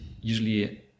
usually